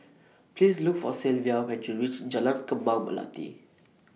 Please Look For Sylvia when YOU REACH Jalan Kembang Melati